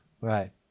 Right